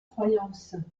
croyances